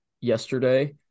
yesterday